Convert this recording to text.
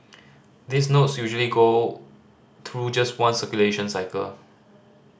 these notes usually go through just one circulation cycle